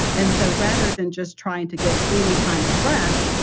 and so rather than just trying to get any kind of rest,